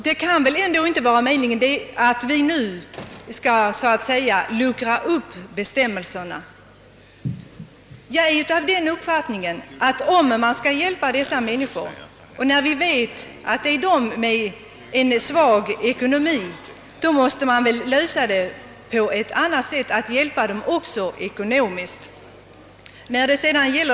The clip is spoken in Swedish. Det kan väl inte vara meningen att vi nu skall luckra upp bestämmelserna? Om vi skall kunna hjälpa dem som behöver hjälp, särskilt när vi vet att det främst gäller människor med svag ekonomi, måste väl problemen lösas på annat sätt, d.v.s. så att vi också hjälper dem ekonomiskt.